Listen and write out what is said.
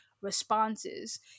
responses